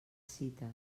cites